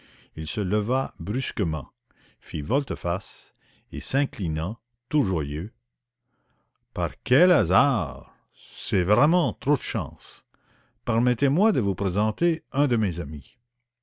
il se leva brusquement fit volte-face et s'inclinant tout joyeux par quel hasard c'est vraiment trop de chance permettez-moi de vous présenter un de mes amis